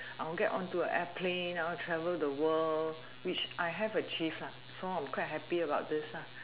I want to get onto an airplane I want to travel the world which I have achieved lah so I'm quite happy about this ah